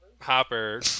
Hopper